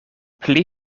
pli